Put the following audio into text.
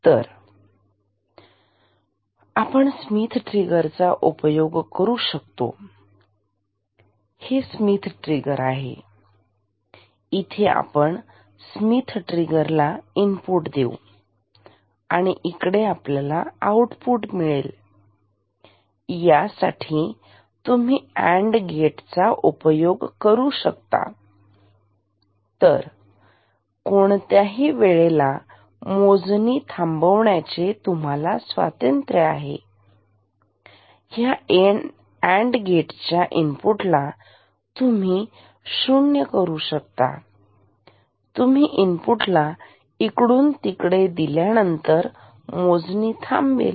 तर आपण Schmitt trigger चा उपयोग करू शकतो तर हे आहे स्मिथ ट्रिगर तर इथे आपण स्मिथ ट्रिगर ला इनपुट देऊया आणि इकडे आपल्याला आउटपुट मिळेल यासाठी तुम्ही अँड गेटचा ही उपयोग करू शकता तर कोणत्याही वेळेला मोजणी थांबवण्याचे तुम्हाला स्वातंत्र्य आहे ह्या अँड गेट च्या इनपुट ला तुम्ही शून्य करू शकता तुम्ही इनपुटला इकडून तिकडे दिल्यानंतर मोजणी थांबेल